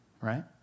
right